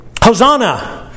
Hosanna